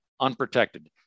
unprotected